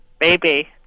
Baby